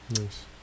Nice